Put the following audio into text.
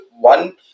one